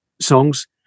songs